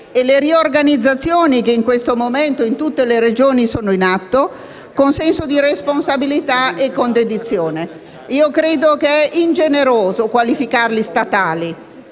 e le riorganizzazioni che in questo momento in tutte le Regioni sono in atto, con senso di responsabilità e con dedizione. Credo sia ingeneroso qualificarli statali,